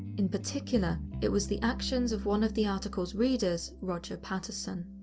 in particular, it was the actions of one of the article's readers, roger patterson.